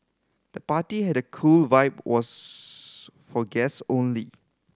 the party had a cool vibe was for guest only